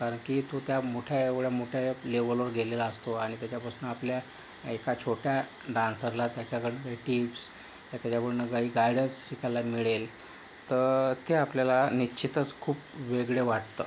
कारण की तो त्या मोठ्या एवढ्या मोठ्या लेव्हलवर गेलेला असतो आणि त्याच्यापासनं आपल्या एका छोट्या डान्सरला त्याच्याकडून टिप्स त्याच्याकडून काही गायडन्स शिकायला मिळेल तर ते आपल्याला निश्चितच खूप वेगळे वाटतं